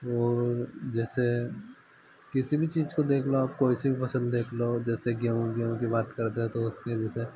वह जैसे किसी भी चीज़ को देख लो आप कोई सी भी फसल देख लो जैसे गेंहू गेंहू की बात करते हैं तो उसमें जैसे